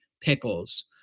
pickles